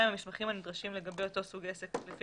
המסמכים הנדרשים לגבי אותו סוג עסק לפי